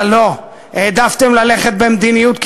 אבל לא, העדפתם ללכת במדיניות קיצונית,